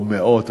או מאות,